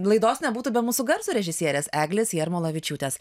laidos nebūtų be mūsų garso režisierės eglės jarmolavičiūtės